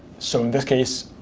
so in this case,